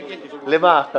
למה?